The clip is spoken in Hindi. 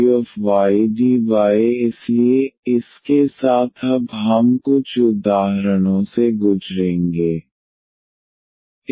1N∂M∂y ∂N∂x1xy2y y1x e1xdxx e1xdxx दिए गए डिफ़्रेंशियल इक्वैशन को x से मल्टीप्लाइ करें x3xy2x2dxx2ydy0 यह एग्जेक्ट डिफ़्रेंशियल इक्वैशन पर होना चाहिए